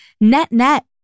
Net-net